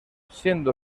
siendo